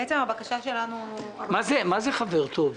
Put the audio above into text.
בעצם הבקשה שלנו --- מה זה חבר טוב?